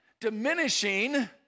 diminishing